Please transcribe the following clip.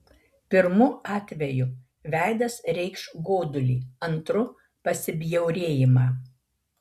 pirmu atveju veidas reikš godulį antru pasibjaurėjimą